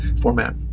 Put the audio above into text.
format